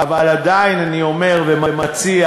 אבל עדיין אני אומר ומציע: